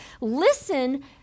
listen